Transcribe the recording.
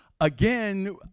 Again